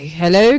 hello